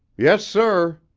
yes, sir.